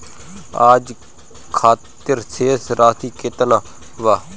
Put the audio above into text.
आज खातिर शेष राशि केतना बा?